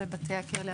אלו בתי הכלא הצפוניים.